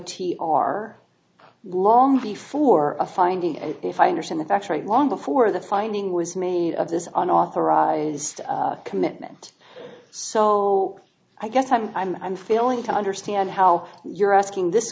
t r long before a finding and if i understand the facts right long before the finding was made of this on authorized commitment so i guess i'm i'm failing to understand how you're asking this